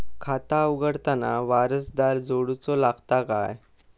खाता उघडताना वारसदार जोडूचो लागता काय?